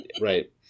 Right